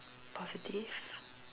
positive